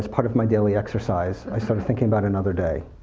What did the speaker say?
part of my daily exercise, i started thinking about another day.